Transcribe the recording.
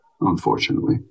unfortunately